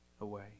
away